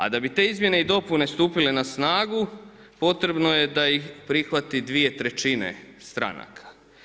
A da bi te izmjene i dopune stupile na snagu potrebno je da ih prihvati 2/3 stranaka.